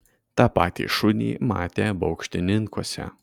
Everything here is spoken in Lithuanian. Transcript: tą patį šunį matė baukštininkuose